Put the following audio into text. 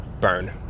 burn